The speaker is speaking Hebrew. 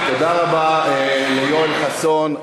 תודה רבה ליואל חסון.